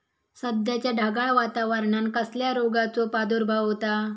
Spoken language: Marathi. सध्याच्या ढगाळ वातावरणान कसल्या रोगाचो प्रादुर्भाव होता?